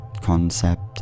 concept